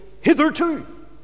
hitherto